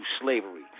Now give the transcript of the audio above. slavery